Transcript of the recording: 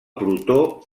protó